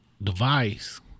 device